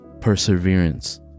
perseverance